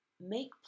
make